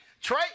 Trey